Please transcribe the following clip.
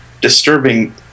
disturbing